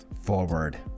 forward